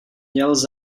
yells